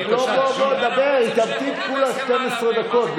לא, בוא, בוא, דבר, היא תמתין כולה 12 דקות.